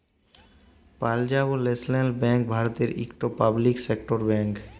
Punjab National Bank ভারতের ইকট public sector bank